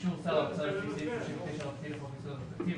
באישור שר האוצר לפי סעיף 39ב לחוק יסודות התקציב,